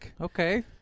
Okay